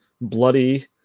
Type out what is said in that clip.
bloody